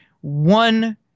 one